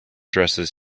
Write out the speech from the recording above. dresses